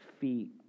feet